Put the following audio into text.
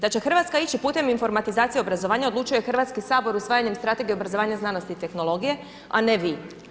Da će Hrvatska ići putem informatizacije obrazovanja odlučuje HS usvajanjem Strategije obrazovanja, znanosti i tehnologije, a ne vi.